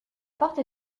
porte